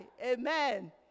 amen